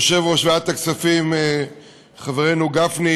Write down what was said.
יושב-ראש ועדת הכספים חברנו גפני,